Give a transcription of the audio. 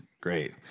Great